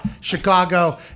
Chicago